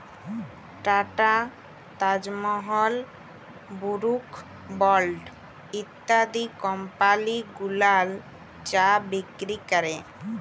tata, Taj Mahal, Brooke Bond ইত্যাদি company গুলান চা বিক্রি ক্যরে